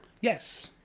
Yes